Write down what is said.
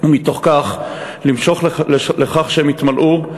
ומתוך כך למשוך לכך שהם יתמלאו,